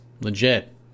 legit